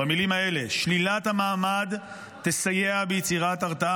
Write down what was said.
במילים האלה: שלילת המעמד תסייע ביצירת הרתעה